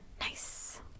Nice